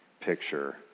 picture